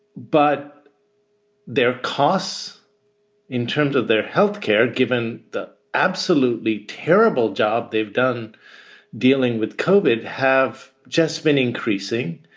but their costs in terms of their health care, given the absolutely terrible job they've done dealing with coalbed, have just been increasing.